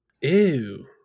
Ew